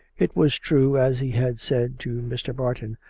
it was true, as he had said to mr. barton,